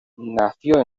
nació